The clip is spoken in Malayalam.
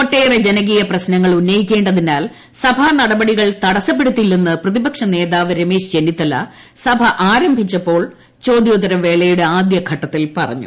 ഒട്ടേറെ ജനകീയ പ്രശ്നങ്ങൾ ഉന്നയിക്കേണ്ടതിനാൽ സഭാ നടപടികൾ തടസപ്പെടുത്തില്ലെന്ന് പ്രതിപക്ഷ നേതാവ് രമേശ് ചെന്നിത്തല്പ്പ് സ്ട് ആരംഭിച്ചപ്പോൾ ചോദ്യോത്തര വേളയുടെ ആദ്യഘട്ടത്തിൽ പറഞ്ഞു